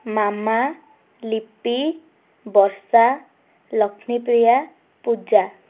Mama Lipi Barsha Laxmipriya Puja